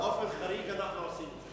באופן חריג אנחנו עושים את זה.